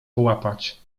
połapać